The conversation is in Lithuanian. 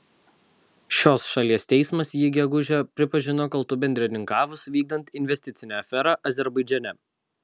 šios šalies teismas jį gegužę pripažino kaltu bendrininkavus vykdant investicinę aferą azerbaidžane